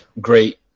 great